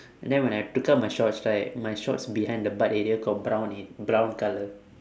and then when I took out my shorts right my shorts behind the butt area got brown in brown colour